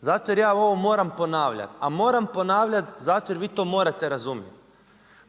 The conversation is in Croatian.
zato jer ja ovo moram ponavljati a moram ponavljati zato jer vi to morate razumjeti.